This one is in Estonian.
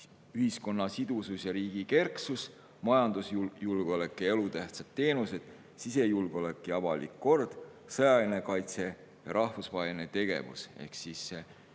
ühiskonna sidusus ja riigi kerksus, majandusjulgeolek ja elutähtsad teenused, sisejulgeolek ja avalik kord, sõjaline kaitse ning rahvusvaheline tegevus.